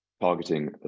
targeting